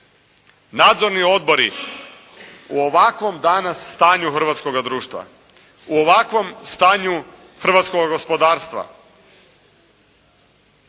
Nadzorni odbori u ovakvom danas stanju hrvatskoga društva, u ovakvom stanju hrvatskoga gospodarstva